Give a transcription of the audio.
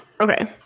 Okay